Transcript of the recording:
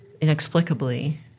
inexplicably